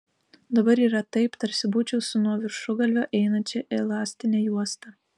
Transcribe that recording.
dabar yra taip tarsi būčiau su nuo viršugalvio einančia elastine juosta